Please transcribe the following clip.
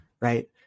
right